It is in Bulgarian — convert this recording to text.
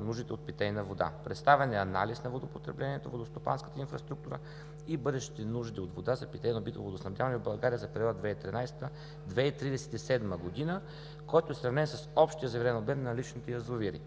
нуждите от питейна вода. Представен е анализ на водопотреблението, водостопанската инфраструктура и бъдещите нужди от вода за питейно битово водоснабдяване в България за периода 2013 – 2037 г., който е сравнен с общия заверен обем на личните язовири.